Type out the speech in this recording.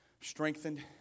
strengthened